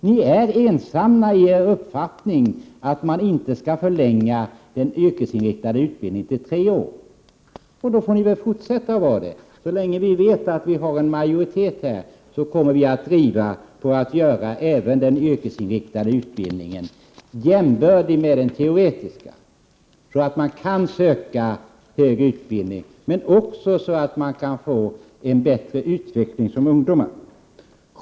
Ni är ensamma om er uppfattning att man inte skall förlänga den yrkesinriktade utbildningen till tre år. Det får ni väl fortsätta att vara. Så länge vi vet att vi har en majoritet bakom oss, kommer vi att driva på för att man skall göra den yrkesinriktade utbildningen jämbördig med den teoretiska, så att man kan söka högre utbildning men också så att man kan få en bättre utveckling för ungdomar i stort.